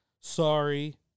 sorry